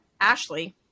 Ashley